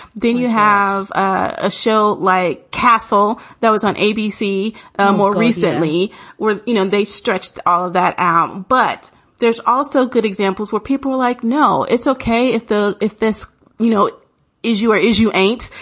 then you have a show like castle that was on abc ah more recently where, you know, they stretched all of that out. but there's also good examples where people were like, no, it's ok. if the if this you know is you or is, you ain't.